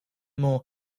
more